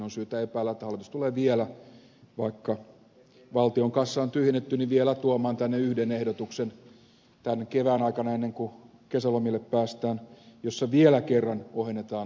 on syytä epäillä että hallitus tulee vielä vaikka valtion kassa on tyhjennetty tuomaan tänne yhden ehdotuksen tämän kevään aikana ennen kuin kesälomille päästään ja siinä vielä kerran ohennetaan valtion veropohjaa